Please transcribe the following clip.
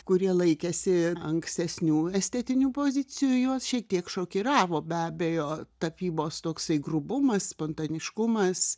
kurie laikėsi ankstesnių estetinių pozicijų juos šiek tiek šokiravo be abejo tapybos toksai grubumas spontaniškumas